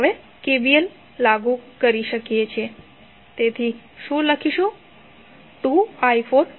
આપણે આ મેશ માટે KVL લખીશું તેથી આપણે શું લખી શકીએ